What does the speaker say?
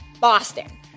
Boston